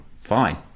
fine